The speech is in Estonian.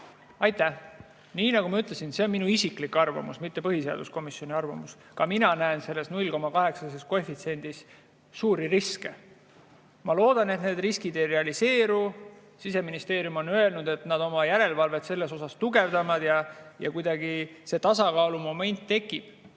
Aitäh! Nii nagu ma ütlesin, on see minu isiklik arvamus, mitte põhiseaduskomisjoni arvamus. Ka mina näen selles koefitsiendis suuri riske. Ma loodan, et need riskid ei realiseeru. Siseministeerium on öelnud, et nad oma järelevalvet selles osas tugevdavad ja kuidagi see tasakaalumoment tekib. On